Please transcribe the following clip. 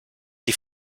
die